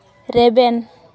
ᱨᱮᱵᱮᱱ